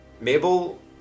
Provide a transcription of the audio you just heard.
Mabel